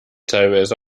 teilweise